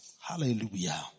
Hallelujah